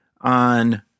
on